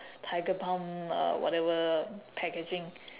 tiger balm uh whatever packaging